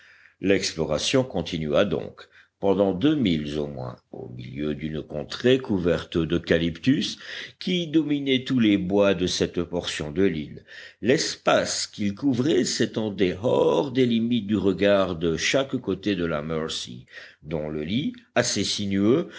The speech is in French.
l'exploration continua donc pendant deux milles au moins au milieu d'une contrée couverte d'eucalyptus qui dominaient tous les bois de cette portion de l'île l'espace qu'ils couvraient s'étendait hors des limites du regard de chaque côté de la mercy dont le lit assez sinueux